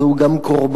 והוא גם קורבן,